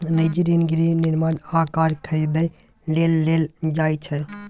निजी ऋण गृह निर्माण आ कार खरीदै लेल लेल जाइ छै